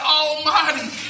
almighty